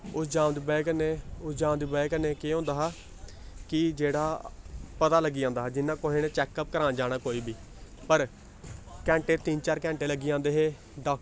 उस जाम दी ब'जाकन्नै उस जाम दी ब'जा कन्नै केह् होंदा हा कि जेह्ड़ा पता लग्गी जंदा हा जि'यां कुसै ने चैक्कअप करान जाना कोई बी पर घैंटे तिन्न चार घैंटे लग्गी जांदे हे डाक्टर